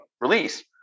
release